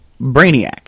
Brainiac